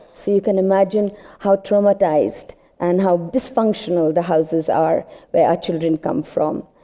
so, you can imagine how traumatized and how dysfunctional the houses are where our children come from.